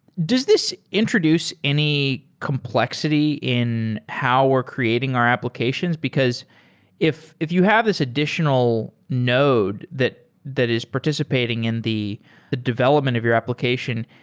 does this introduce any complexity in how we're creating our applications? because if if you have this additional node that that is participating in the development of your application,